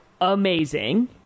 amazing